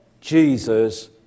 Jesus